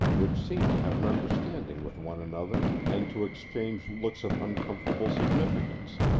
which seemed to have an understanding with one another and to exchange looks of uncomfortable significance,